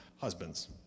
husbands